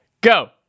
go